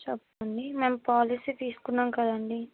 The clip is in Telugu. చెప్పండి మేము పాలసీ తీసుకున్నాం కదండి